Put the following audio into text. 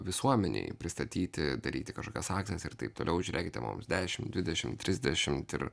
visuomenei pristatyti daryti kažką sakant ir taip toliau žiūrėkite mums dešim dvidešim trisdešimt